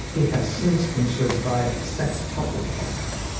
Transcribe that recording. it has since been certified sex toppled platinum